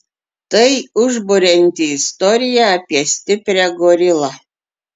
tai užburianti istorija apie stiprią gorilą